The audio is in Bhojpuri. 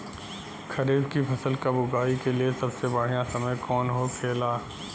खरीफ की फसल कब उगाई के लिए सबसे बढ़ियां समय कौन हो खेला?